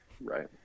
Right